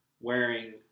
wearing